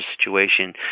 situation